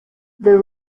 the